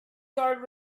guard